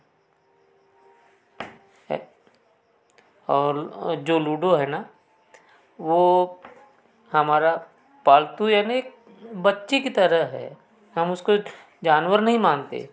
और जो लूडो है ना वह हमारा पालतू बच्ची की तरह है हम उसको जानवर नहीं मानते